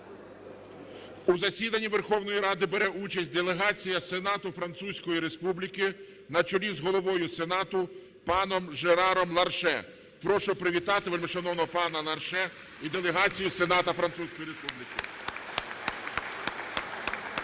У засіданні Верховної Ради бере участь делегація Сенату Французької Республіки на чолі з Головою Сенату паном Жераром Ларше. Прошу привітати вельмишановного пана Ларше і делегацію Сенату Французької Республіки.